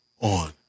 on